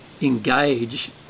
engage